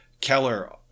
Keller